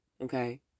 Okay